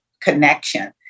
connection